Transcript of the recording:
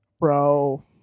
Bro